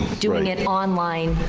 doing it online